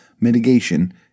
mitigation